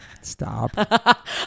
Stop